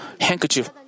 handkerchief